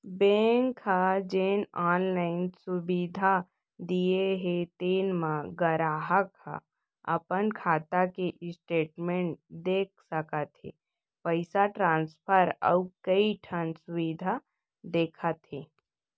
bank ह जेन online सुबिधा दिये हे तेन म गराहक ह अपन खाता के स्टेटमेंट देख सकत हे, पइसा ट्रांसफर अउ कइ ठन सुबिधा देवत हे